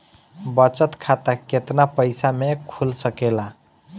बचत खाता केतना पइसा मे खुल सकेला?